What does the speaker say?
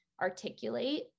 articulate